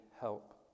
help